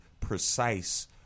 precise